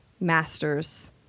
masters